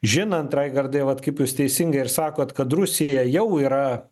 žinant raigardai vat kaip jūs teisingai ir sakot kad rusija jau yra